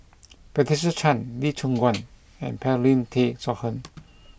Patricia Chan Lee Choon Guan and Paulin Tay Straughan